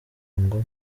ngo